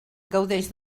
gaudeix